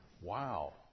Wow